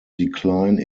decline